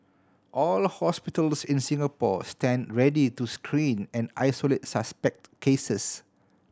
all hospitals in Singapore stand ready to screen and isolate suspect cases